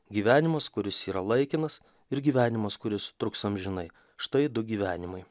gyvenimas kuris yra laikinas ir gyvenimas kuris truks amžinai štai du gyvenimai